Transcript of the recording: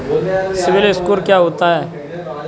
CIBIL score क्या होता है?